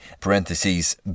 parentheses